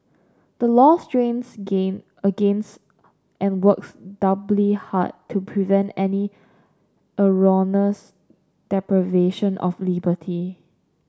the law strains gain against and works doubly hard to prevent any erroneous deprivation of liberty